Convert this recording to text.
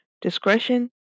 Discretion